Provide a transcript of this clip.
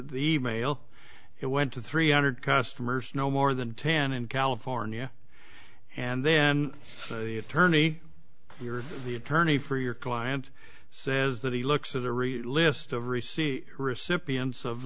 the mail it went to three hundred customers no more than ten in california and then the attorney you're the attorney for your client says that he looks at the read list of receipt recipients of